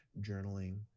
journaling